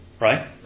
Right